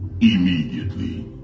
Immediately